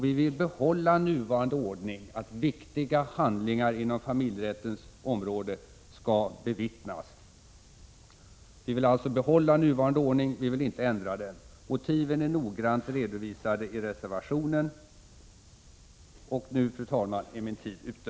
Vi vill behålla nuvarande ordning, att viktiga handlingar inom familjerättens område skall bevittnas. Vi vill inte ändra den nuvarande ordningen. Motiven är noggrant redovisade i reservationen. Nu, fru talman, är min repliktid ute.